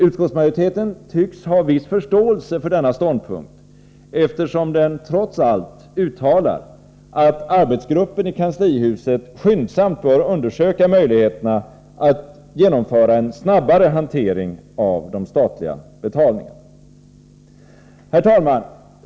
Utskottsmajoriteten tycks ha viss förståelse för denna ståndpunkt, eftersom den trots allt uttalar att arbetsgruppen i kanslihuset skyndsamt bör undersöka möjligheterna att genomföra en snabbare hantering av de statliga betalningarna. Herr talman!